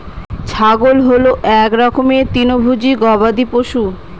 ছাগল হল এক রকমের তৃণভোজী গবাদি পশু